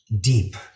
deep